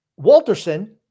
Walterson